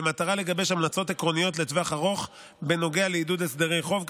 במטרה לגבש המלצות עקרוניות לטווח ארוך בנוגע לעידוד הסדרי חוב,